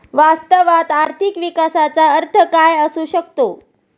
वास्तवात आर्थिक विकासाचा अर्थ काय असू शकतो?